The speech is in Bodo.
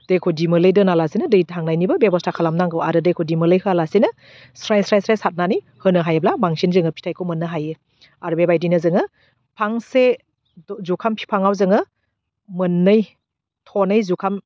दैखौ दिमोलै दोना लासिनो दै थांनायनिबो बेबस्था खालामनांगौ आरो दैखौ दिमोलै होयालासिनो स्राय स्राय सारनानै होनो हायोब्ला बांसिन जोङो फिथाइखौ मोननो हायो आरो बेबायदिनो जोङो फांसे जुखाम फिफाङाव जोङो मोननै थनै जुखाम